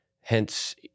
hence